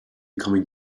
coming